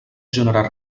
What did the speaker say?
generar